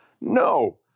No